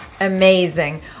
Amazing